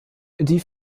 die